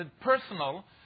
personal